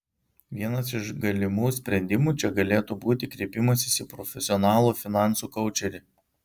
vienas iš galimų sprendimų čia galėtų būti kreipimasis į profesionalų finansų koučerį